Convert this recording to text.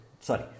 sorry